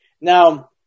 Now